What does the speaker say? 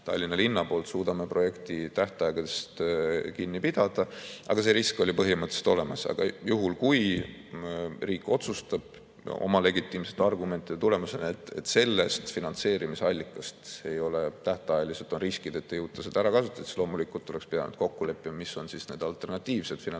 Tallinna linna poolt suudame projekti tähtaegadest kinni pidada, aga see risk oli põhimõtteliselt olemas. Aga juhul, kui riik otsustab oma legitiimsete argumentide tulemusena, et sellest finantseerimisallikast ei ole tähtajaliselt [võimalik kinni pidada,] on riskid, et ei jõuta seda ära kasutada, siis loomulikult oleks pidanud kokku leppima, mis on alternatiivsed finantseerimisallikad,